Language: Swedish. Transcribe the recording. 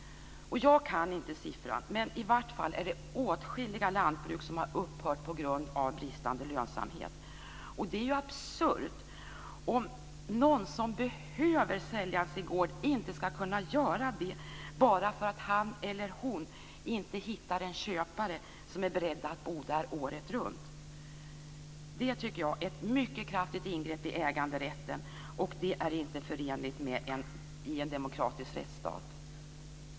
Jag kan inte siffran, men det är i alla fall åtskilliga lantbruk som har upphört på grund av bristande lönsamhet. Och det är ju absurt om någon som behöver sälja sin gård inte ska kunna göra det bara därför att han eller hon inte hittar en köpare som är beredd att bo där året runt. Det tycker jag är ett mycket kraftigt ingrepp i äganderätten, och det är inte förenligt med en demokratisk rättsstat.